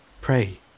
Pray